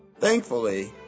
Thankfully